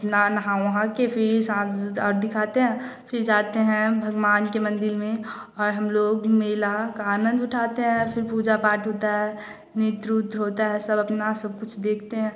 अपना नहा वहाकर फ़िर शाम को आरती दिखाते हैं फ़िर जाते हैं भगवान के मंदिर में और हम लोग मेले का आनंद उठाते हैं फ़िर पूजा पाठ होता है मित्र वित्र होता है सब अपना सब कुछ देखते हैं